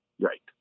Right